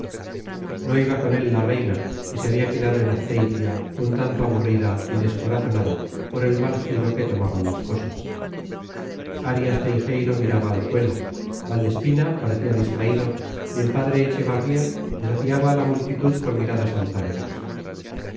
no iba con él la reina que se había quedado en azpeitia un tanto aburrida y descorazonada por el mal giro que tomaban las cosas arias teijeiro miraba al suelo valdespina parecía distraído y el padre echevarría desafiaba a la multitud con miradas altaneras